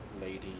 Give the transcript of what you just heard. lady